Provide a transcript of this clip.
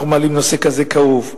אנחנו מעלים נושא כזה כאוב.